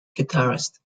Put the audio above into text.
guitarist